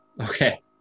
Okay